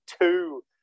two